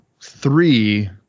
three